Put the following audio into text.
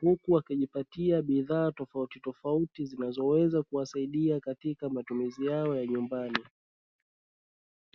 huku wakijipatia bidhaa tofauti tofauti zinazoweza kuwasaidia katika matumizi yao ya nyumbani.